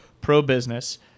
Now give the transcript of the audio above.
pro-business